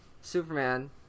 Superman